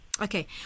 Okay